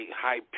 high